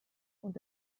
und